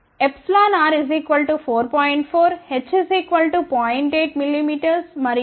8 mm మరియు విలువ 0